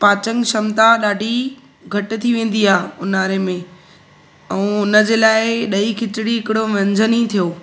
पाचन क्षमता ॾाढी घटि थी वेंदी आहे ऊन्हारे में ऐं उनजे लाइ ॾही खिचड़ी हिकिड़ो व्यंजन ई थियो